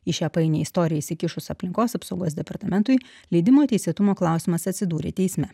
į šią painią istoriją įsikišus aplinkos apsaugos departamentui leidimo teisėtumo klausimas atsidūrė teisme